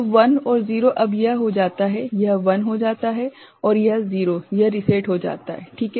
तो 1 और 0 अब यह हो जाता है यह 1 हो जाता है और यह 0 है यह रीसेट हो जाता है - ठीक है